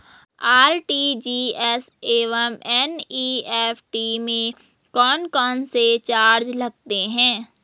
RTGS एवं NEFT में कौन कौनसे चार्ज लगते हैं?